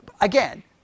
Again